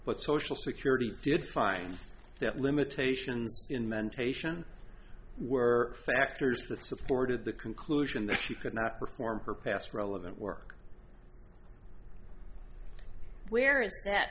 but social security did find that limitations in mentation were factors that supported the conclusion that she could not perform her past relevant work where is that